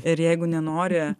ir jeigu nenori